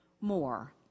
more